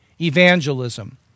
evangelism